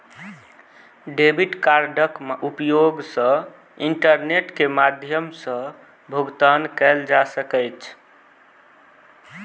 debit कार्डक उपयोग सॅ इंटरनेट के माध्यम सॅ भुगतान कयल जा सकै छै